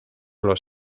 los